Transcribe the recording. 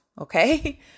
Okay